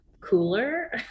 cooler